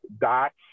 dots